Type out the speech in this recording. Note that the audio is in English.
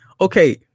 Okay